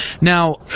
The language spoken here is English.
Now